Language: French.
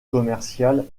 commercial